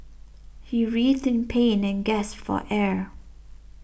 he writhed in pain and guess for air